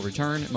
Return